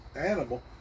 animal